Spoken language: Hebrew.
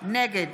נגד